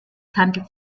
handelt